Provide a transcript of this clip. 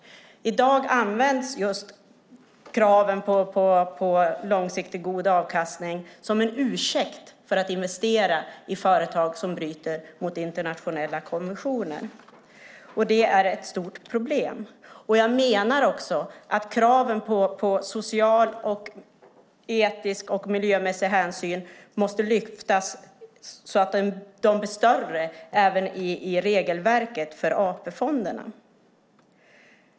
I dag används just kraven på långsiktigt god avkastning som en ursäkt för att investera i företag som bryter mot internationella konventioner. Det är ett stort problem. Jag menar också att kraven på social, etisk och miljömässig hänsyn måste lyftas så att de blir större även i regelverket för AP-fonderna.